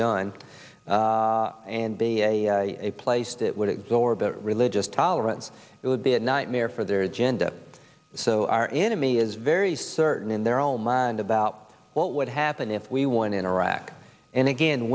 gun and be a place that would exhort religious tolerance it would be a nightmare for their agenda so our enemy is very certain in their own mind about what would happen if we won in iraq and again